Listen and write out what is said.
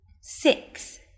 six